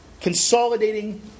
consolidating